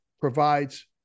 provides